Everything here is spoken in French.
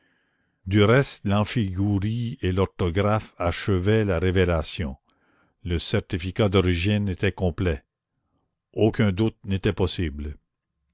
du reste l'amphigouri et l'orthographe achevaient la révélation le certificat d'origine était complet aucun doute n'était possible